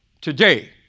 today